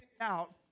out